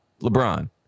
LeBron